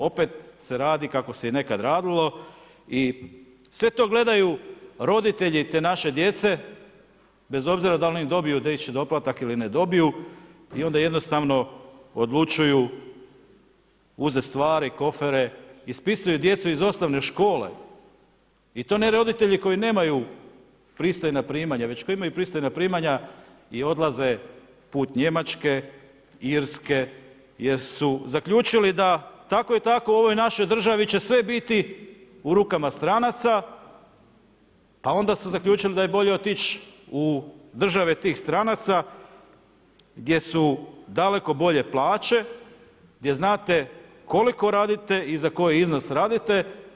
Opet se radi kako se i nekad radilo i sve to gledaju roditelji te naše djece bez obzira da li oni dobiju dječji doplatak ili ne dobiju i onda jednostavno odlučuju uzet stvari, kofere, ispisuju djecu iz osnovne škole i to ne roditelji koji nemaju pristojna primanja već koji imaju pristojna primanja i odlaze put Njemačke, Irske jer su zaključili da tako i tako u ovoj našoj državi će sve biti u rukama stranca, a onda su zaključili da je bolje otići u države tih stranca gdje su daleko bolje plaće, gdje znate koliko radite i za koji iznos radite.